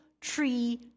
tree